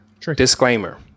Disclaimer